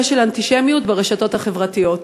ושל אנטישמיות ברשתות החברתיות.